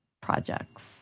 projects